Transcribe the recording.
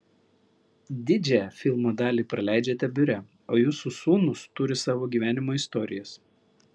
didžią filmo dalį praleidžiate biure o jūsų sūnūs turi savo gyvenimo istorijas